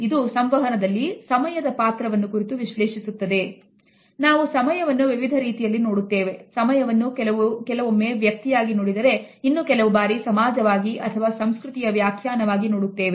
ನಾವು ಸಮಯವನ್ನು ವಿವಿಧ ರೀತಿಯಲ್ಲಿ ನೋಡುತ್ತೇವೆ ಸಮಯವನ್ನು ಕೆಲವೊಮ್ಮೆ ವ್ಯಕ್ತಿಯಾಗಿ ನೋಡಿದರೆ ಇನ್ನು ಕೆಲವು ಬಾರಿ ಸಮಾಜವಾಗಿ ಹಾಗೂ ಸಂಸ್ಕೃತಿಯ ವ್ಯಾಖ್ಯಾನವಾಗಿ ನೋಡುತ್ತೇವೆ